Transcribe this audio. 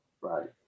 Right